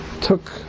took